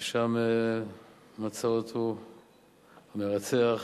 ושם מצא אותו מרצח,